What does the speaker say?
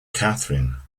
catherine